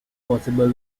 possible